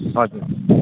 हजुर